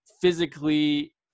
physically